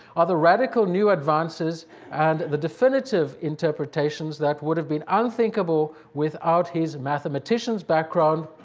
are the radical new advances and the definitive interpretations that would have been unthinkable without his mathematician's background,